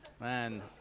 man